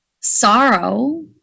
sorrow